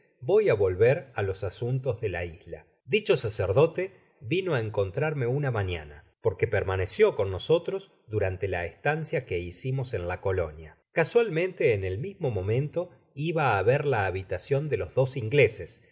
voy á volver á los asuntos de la isla dicho sacerdote vino á encontrarme una mañana porque permaneció con nosotros durante la estaneia que hicimos en la colonia casualmente en el mismo momento iba á ver lá habitacion de los dos ingleses